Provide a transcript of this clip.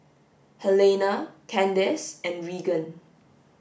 Helena Candace and Reagan